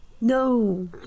No